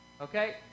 Okay